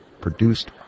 produced